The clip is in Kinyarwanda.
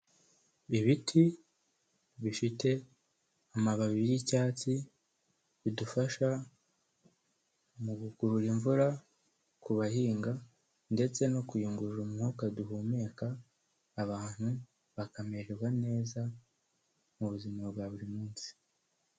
Ibiti bifite amababi y'icyatsi bidufasha mu gukurura imvura ku bahinga ndetse no kuyungurura umwuka duhumeka abantu bakamererwa neza mu buzima bwa buri munsi.